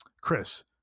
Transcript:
chris